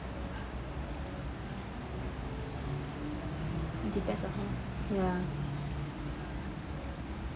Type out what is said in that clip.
depends on who ya